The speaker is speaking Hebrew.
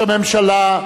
הממשלה.